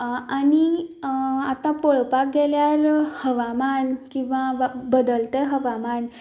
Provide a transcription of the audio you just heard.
आनी आतां पळोवपाक गेल्यार हवामान किंवा बदलतें हवामान